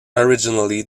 originally